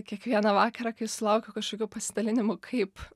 kiekvieną vakarą kai sulaukiu kažkokių pasidalinimų kaip